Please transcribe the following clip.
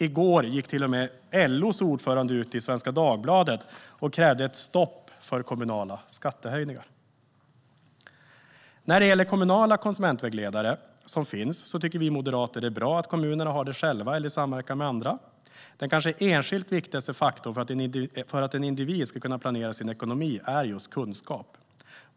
I går gick till och med LO:s ordförande ut i Svenska Dagbladet och krävde ett stopp för kommunala skattehöjningar. När det gäller de kommunala konsumentvägledare som finns tycker vi moderater att det är bra att kommunerna har sådana själva eller i samverkan med andra. Den kanske enskilt viktigaste faktorn för att en individ ska kunna planera sin ekonomi är just kunskap.